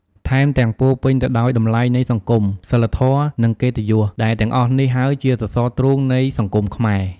ថែមទាំង ពោរពេញទៅដោយតម្លៃនៃសង្គម សីលធម៌ និងកិត្តិយស ដែលទាំងអស់នេះហើយជាសរសរទ្រូងនៃសង្គមខ្មែរ។